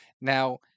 Now